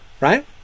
Right